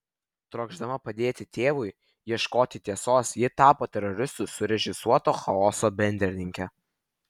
trokšdama padėti tėvui ieškoti tiesos ji tapo teroristų surežisuoto chaoso bendrininke